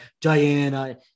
Diana